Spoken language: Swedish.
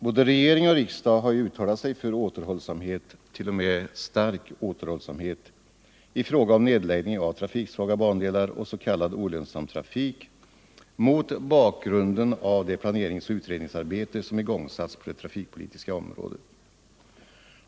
Både regering och riksdag har ju uttalat sig för återhållsamhet, t.o.m. stark återhållsamhet, i fråga om nedläggning av trafiksvaga bandelar och s.k. olönsam trafik mot bakgrunden av det planeringsoch utredningsarbete som igångsatts på det trafikpolitiska området.